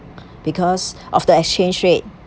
because of the exchange rate